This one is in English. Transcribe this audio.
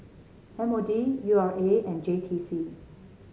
M O D U R A and J T C